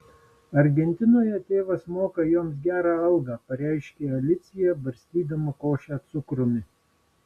argentinoje tėvas moka joms gerą algą pareiškė alicija barstydama košę cukrumi